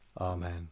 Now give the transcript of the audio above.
Amen